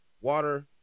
water